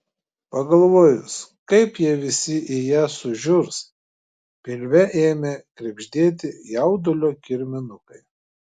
pagalvojus kaip jie visi į ją sužiurs pilve ėmė krebždėti jaudulio kirminukai